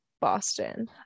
Boston